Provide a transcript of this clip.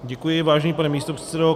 Děkuji, vážený pane místopředsedo.